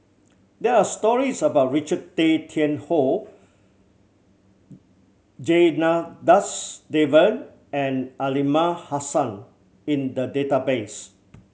there are stories about Richard Tay Tian Hoe Janadas Devan and Aliman Hassan in the database